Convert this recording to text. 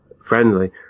friendly